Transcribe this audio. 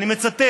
ואני מצטט.